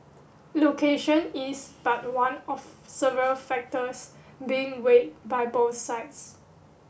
location is but one of several factors being weigh by both sides